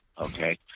Okay